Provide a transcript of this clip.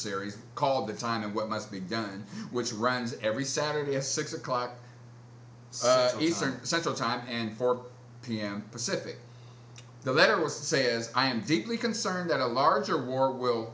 series called the time of what must be done which runs every saturday at six o'clock these are central time and four pm pacific the letter will say is i am deeply concerned that a larger war will